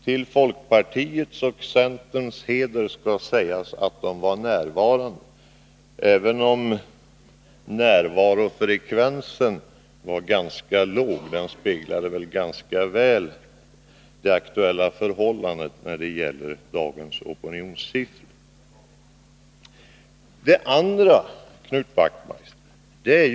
Till folkpartiets och centerns heder skall sägas att representanter för dessa partier var närvarande, även om närvarofrekvensen var ganska låg — den speglade rätt väl det aktuella förhållandet när det gäller dagens opinionssiffror. Så till det andra skälet, Knut Wachtmeister.